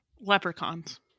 Leprechauns